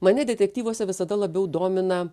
mane detektyvuose visada labiau domina